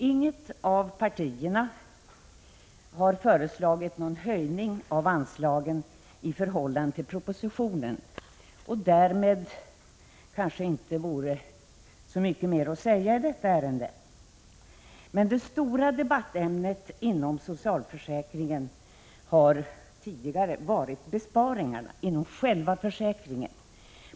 Inget av partierna har föreslagit någon höjning av anslagen i förhållande till propositionen, och därmed vore kanske inte mycket mer att säga i detta ärende. Det stora debattämnet inom socialförsäkringen har tidigare varit besparingarna inom själva försäkringen.